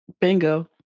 Bingo